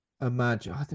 imagine